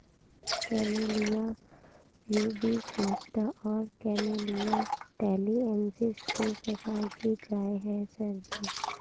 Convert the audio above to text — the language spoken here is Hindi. कैमेलिया प्यूबिकोस्टा और कैमेलिया टैलिएन्सिस दो प्रकार की चाय है सर जी